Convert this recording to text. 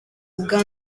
ubwa